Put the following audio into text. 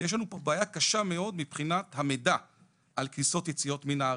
יש לנו פה בעיה קשה מאוד מבחינת המידע על כניסות יציאות מן הארץ,